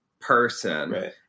person